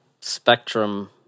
spectrum